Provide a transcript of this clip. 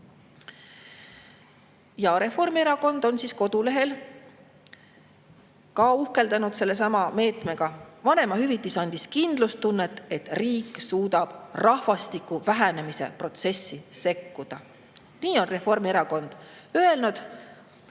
Reformierakond on ka kodulehel uhkeldanud sellesama meetmega: "Vanemahüvitis andis kindlustunnet, et riik suudab rahvastiku vähenemise protsessi sekkuda." Nii on Reformierakond öelnud